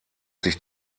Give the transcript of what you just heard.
sich